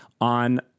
on